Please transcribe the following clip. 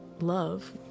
love